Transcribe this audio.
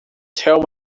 tell